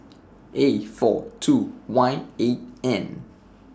A four two Y eight N